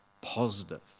positive